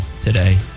today